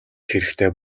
хэрэгтэй